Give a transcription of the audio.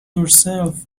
yourself